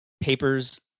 papers